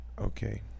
Okay